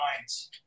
minds